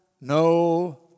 no